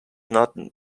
not